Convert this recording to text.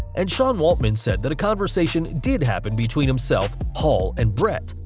and sean waltman said that a conversation did happen between himself, hall and bret,